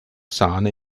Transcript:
sahne